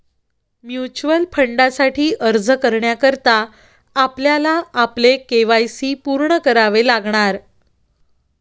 mutual फंडासाठी अर्ज करण्याकरता आपल्याला आपले के.वाय.सी पूर्ण करावे लागणार